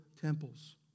temples